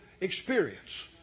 experience